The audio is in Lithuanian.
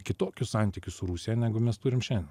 kitokius santykius su rusija negu mes turim šiandien